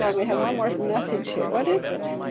um we have one more message here. what is it?